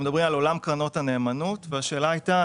מדברים על עולם קרנות הנאמנות - והשאלה הייתה,